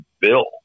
Bill